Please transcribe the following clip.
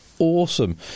Awesome